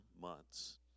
months